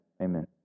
amen